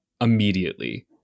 immediately